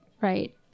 right